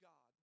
God